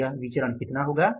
तो यह विचरण कितना होगा